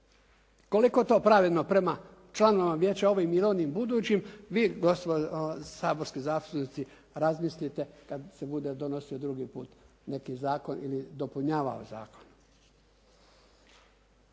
Koliko je to pravedno prema članovima vijeća ovim ili onim budućim, vi saborski zastupnici razmislite kada se bude donosio drugi put neki zakon ili dopunjavao zakon.